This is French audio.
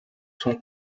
sont